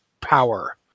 power